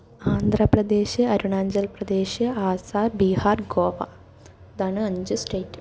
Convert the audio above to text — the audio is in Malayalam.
ആന്ധ്രാപ്രദേശ് അരുണാചൽപ്രദേശ് ആസ്സാം ബീഹാർ ഗോവ ഇതാണ് അഞ്ച് സ്റ്റേറ്റ്